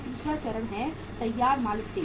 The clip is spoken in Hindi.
तीसरा चरण है तैयार माल स्टेज